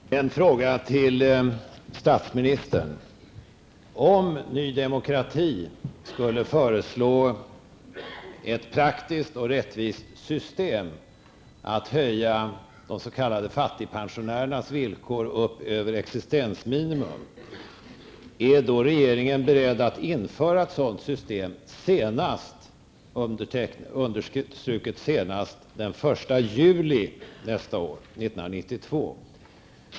Herr talman! Jag vill ställa en fråga till statsministern. Om Ny Demokrati skulle föreslå ett praktiskt och rättvist system för att höja de s.k. fattigpensionärernas villkor upp över existensminimum, är då regeringen beredd att införa ett sådant system senast den 1 juli 1992?